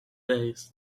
days